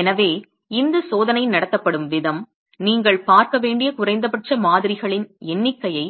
எனவே இந்தச் சோதனை நடத்தப்படும் விதம் நீங்கள் பார்க்க வேண்டிய குறைந்தபட்ச மாதிரிகளின் எண்ணிக்கையை